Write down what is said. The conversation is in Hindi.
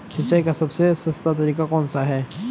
सिंचाई का सबसे सस्ता तरीका कौन सा है?